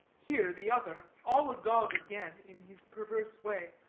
here the other, all agog again, in his perverse way,